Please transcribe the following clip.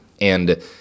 And-